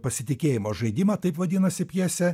pasitikėjimo žaidimą taip vadinasi pjesė